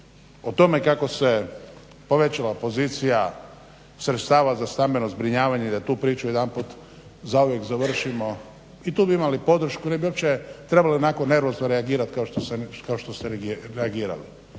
o tome kako se povećava pozicija sredstava za stambeno zbrinjavanje, da tu priču jedanput zauvijek završimo i tu bi imali podršku, ne bi uopće trebali onako nervozno reagirat kao što se reagiralo.